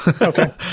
okay